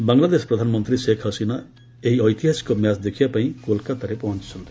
ବାଂଲାଦେଶ ପ୍ରଧାନମନ୍ତ୍ରୀ ଶେଖ୍ ହସିନା ଏହି ଐତିହାସିକ ମ୍ୟାଚ୍ ଦେଖିବା ପାଇଁ କୋଲକାତାରେ ପହଞ୍ଚ୍ଚନ୍ତି